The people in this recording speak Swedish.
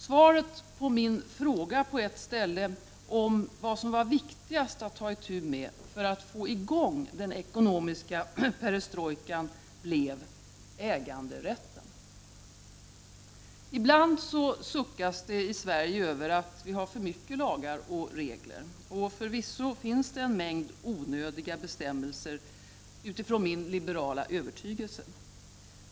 Svaret på min fråga på ett stäleom vad ZE som var viktigast att ta itu med för att få i gång den ekonomiska perestrojkan blev: äganderätten. Ibland suckas det i Sverige över att vi har för mycket lagar och regler. Och förvisso finns det, utifrån min liberala övertygelse, en mängd onödiga bestämmelser.